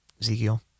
Ezekiel